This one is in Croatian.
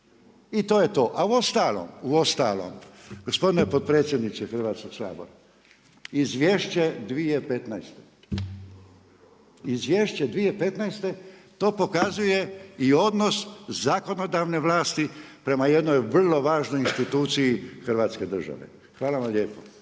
i to je to. A u ostalom, gospodin potpredsjedniče Hrvatskog sabora izvješće 2015. izvješće 2015. to pokazuje i odnos zakonodavne vlasti prema jednoj vrlo važnoj instituciji Hrvatske države. Hvala vam lijepo.